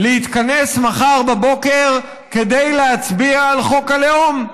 להתכנס מחר בבוקר כדי להצביע על חוק הלאום.